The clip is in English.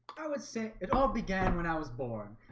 i would say it all began when i was born